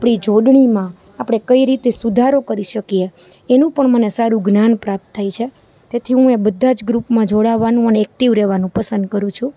આપણી જોડણીમાં કઈ રીતે સુધારો કરી શકીએ એનું પણ મને સારું જ્ઞાન પ્રાપ્ત થાય છે તેથી હું એ બધાં જ ગ્રુપમાં જોડાવવાનું અને એક્ટિવ રહેવાનું પસંદ કરું છું